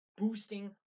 boosting